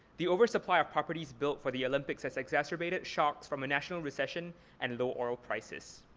the oversupply of properties built for the olympics has exacerbated shocks from a national recession and low oil prices.